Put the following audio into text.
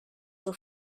were